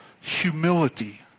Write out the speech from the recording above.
humility